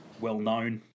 well-known